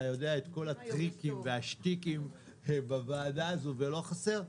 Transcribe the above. אתה יודע את כל הטריקים והשטיקים בוועדה הזו ולא חסר.